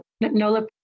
Nola